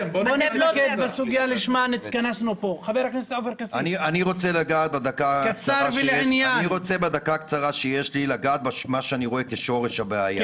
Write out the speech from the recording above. בזמן הקצר שיש לי אני רוצה להתמקד במה שאני רואה כשורש הבעיה.